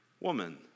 woman